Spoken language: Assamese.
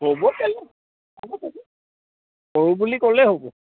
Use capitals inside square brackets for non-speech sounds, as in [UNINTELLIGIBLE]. [UNINTELLIGIBLE] কৰোঁ বুলি ক'লেই হ'ব